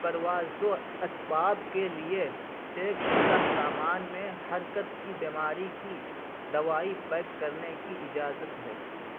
پرواز و اسباب کے لیے چیک شدہ سامان میں حرکت کی بیماری کی دوائی پیک کرنے کی اجازت ہے